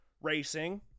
racing